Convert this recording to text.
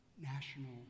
national